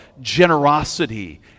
generosity